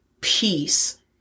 peace